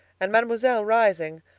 and mademoiselle rising,